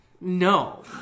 No